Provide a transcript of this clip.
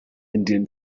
indian